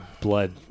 blood